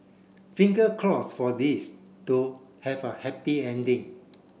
finger cross for this to have a happy ending